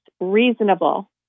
reasonable